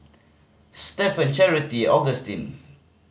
Stephen Charity Augustin